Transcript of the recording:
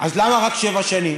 אז למה רק שבע שנים?